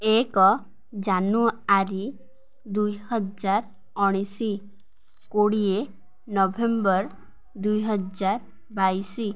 ଏକ ଜାନୁଆରୀ ଦୁଇହଜାର ଉଣେଇଶି କୋଡ଼ିଏ ନଭେମ୍ବର ଦୁଇ ହଜାର ବାଇଶି